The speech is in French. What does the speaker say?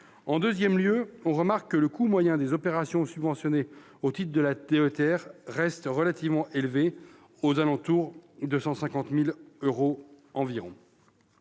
En deuxième lieu, on remarque que le coût moyen des opérations subventionnées au titre de la DETR est relativement élevé, à 150 000 euros environ.